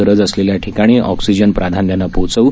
गरज असलेल्या ठिकाणी ऑक्सीजन प्राधान्यानं पोचव्